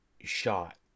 shot